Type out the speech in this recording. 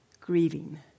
grieving